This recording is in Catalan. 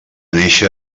néixer